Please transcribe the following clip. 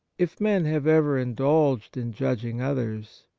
if men have ever indulged in judging others,